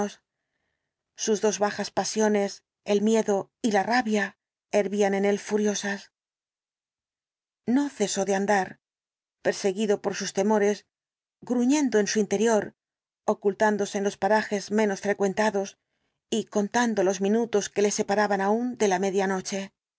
sus dos bajas pasiones el miedo y la rabia hervían en él furiosas no cesó de andar perseguido por sus temores gruñendo en su interior ocultándose en los parajes menos frecuentados y contando los minutos que le separaban aún de la